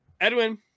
Edwin